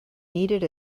needed